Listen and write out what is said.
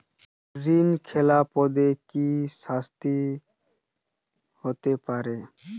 ঋণ খেলাপিদের কি শাস্তি হতে পারে?